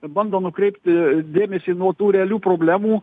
bando nukreipti dėmesį nuo tų realių problemų